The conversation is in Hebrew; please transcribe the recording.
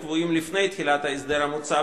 ותק של שנתיים לפחות לאחר אישור של מינהלת "תנופה"